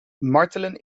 martelen